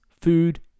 food